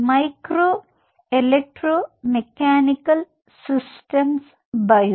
micro electro mechanical systems bio